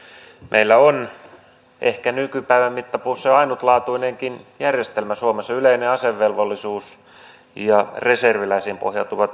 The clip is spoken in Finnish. meillä on ehkä nykypäivän mittapuussa ainutlaatuinenkin järjestelmä suomessa yleinen asevelvollisuus ja reserviläisiin pohjautuvat sodanajan joukot